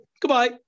Goodbye